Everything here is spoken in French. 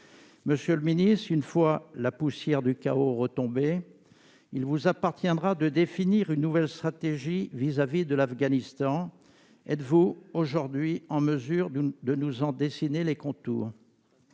Monsieur le ministre, une fois la poussière du chaos retombée, il vous appartiendra de définir une nouvelle stratégie vis-à-vis de l'Afghanistan. Êtes-vous, aujourd'hui, en mesure de nous en dessiner les contours ?